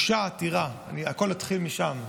שהוגשה עתירה, הכול התחיל משם.